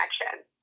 connection